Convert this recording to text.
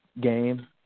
game